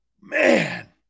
Man